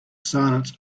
silence